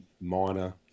minor